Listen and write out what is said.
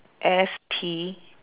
S T